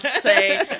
say